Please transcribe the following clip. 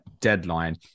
deadline